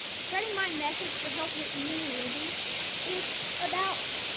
spreading my message for healthier eating and living is about